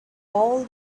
all